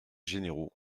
généraux